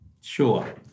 Sure